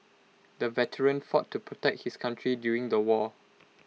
the veteran fought to protect his country during the war